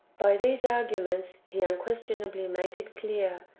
by these arguments he unquestionably made it clear,